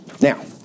Now